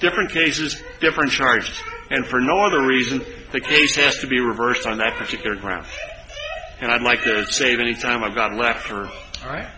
different cases different charges and for no other reason the case has to be reversed on that particular ground and i'd like to save any time i got left or right